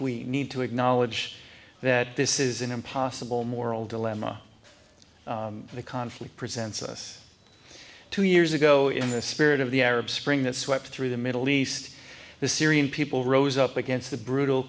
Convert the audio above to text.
we need to acknowledge that this is an impossible moral dilemma the conflict presents us two years ago in the spirit of the arab spring that swept through the middle east the syrian people rose up against the brutal